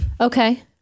Okay